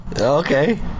Okay